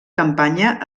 campanya